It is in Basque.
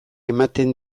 ematen